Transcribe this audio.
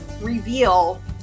reveal